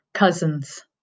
Cousins